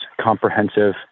comprehensive